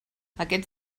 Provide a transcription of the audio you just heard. aquests